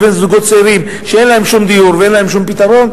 בין זוגות צעירים שאין להם שום דיור ואין להם שום פתרון,